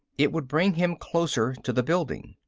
it would bring him closer to the building.